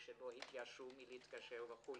ושלא התייאשו מלהתקשר וכו'.